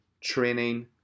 training